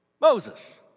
Moses